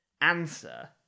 answer